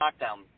lockdown